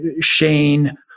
Shane